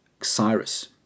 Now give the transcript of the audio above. Cyrus